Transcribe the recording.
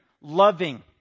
loving